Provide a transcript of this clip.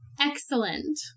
Excellent